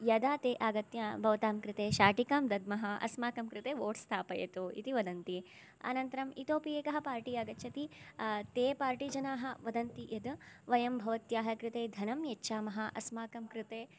यदा ते आगत्य भवतां कृते शाटिकां दद्मः अस्माकं कृते वोट् स्थापयतु इति वदन्ति अनन्तरम् इतोपि एकः पार्टी आगच्छति ते पार्टी जनाः वदन्ति यत् वयं भवत्याः कृते धनं यच्छामः अस्माकं कृते